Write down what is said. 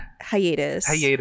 hiatus